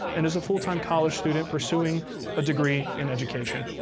and is a full-time college student pursuing a degree in education.